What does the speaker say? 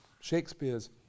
Shakespeare's